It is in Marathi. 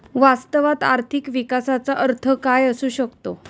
वास्तवात आर्थिक विकासाचा अर्थ काय असू शकतो?